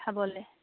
খাবলৈ